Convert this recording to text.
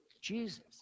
Jesus